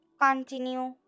continue